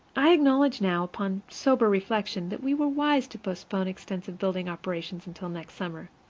i acknowledge now, upon sober reflection, that we were wise to postpone extensive building operations until next summer.